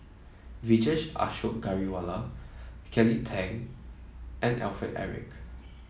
Vijesh Ashok Ghariwala Kelly Tang and Alfred Eric